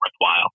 worthwhile